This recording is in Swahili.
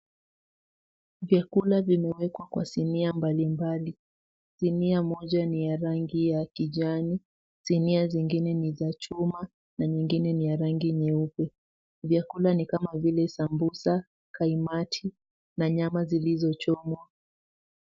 Vyakula vimewekwa kwa sinia mbalimbali, sinia moja ni ya rangi ya kijani, sinia zengine ni za chuma na nyingine ni ya rangi nyeupe. Vyakula ni kama vile sambusa, kaimati na nyama zilizochomwa.